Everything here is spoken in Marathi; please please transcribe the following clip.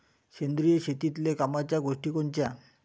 सेंद्रिय शेतीतले कामाच्या गोष्टी कोनच्या?